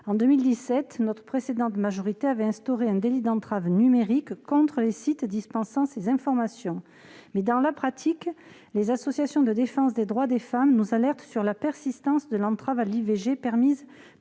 En 2017, la majorité précédente avait décidé d'instaurer un délit d'entrave numérique contre les sites dispensant ces informations, mais, dans la pratique, les associations de défense des droits des femmes nous alertent sur la persistance des entraves à l'IVG permises